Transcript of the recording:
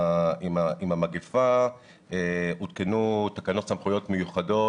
המגפה עודכנו תקנות סמכויות מיוחדות,